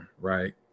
right